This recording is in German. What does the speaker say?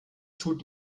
tut